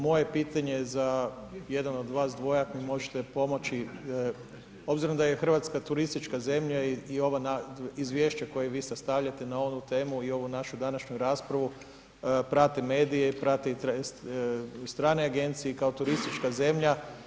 Moje pitanje je za jedno od vas dvoje, ako mi možete pomoći, obzirom da je Hrvatska turistička zemlja i ova izvješća koja vi sastavljate na ovu temu i na ovu našu današnju raspravu, prati medije i prati strane agencije kao turistička zemlja.